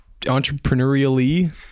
entrepreneurially